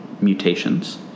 mutations